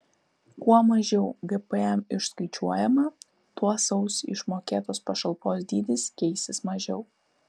kuo mažiau gpm išskaičiuojama tuo sausį išmokėtos pašalpos dydis keisis mažiau